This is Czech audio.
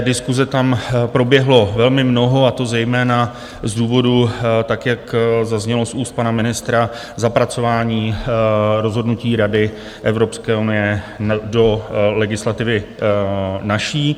Diskuse tam proběhlo velmi mnoho, a to zejména z důvodu, jak zaznělo z úst pana ministra, zapracování rozhodnutí Rady Evropské unie do legislativy naší.